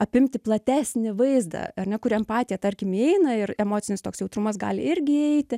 apimti platesnį vaizdą ar ne kur empatija tarkim įeina ir emocinis toks jautrumas gali irgi įeiti